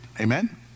Amen